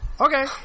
Okay